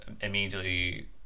immediately